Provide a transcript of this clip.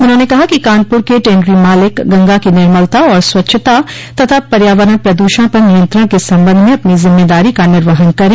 उन्होंने कहा कि कानपुर के टेनरी मालिक गंगा की निर्मलता और स्वच्छता तथा पर्यावरण प्रद्षण पर नियंत्रण के संबंध में अपनी जिम्मेदारी का निर्वहन करें